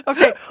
Okay